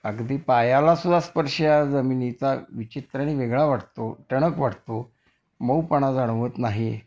अगदी पायाला सुद्धा स्पर्श जमिनीचा विचित्र आणि वेगळा वाटतो टणक वाटतो मऊपणा जाणवत नाही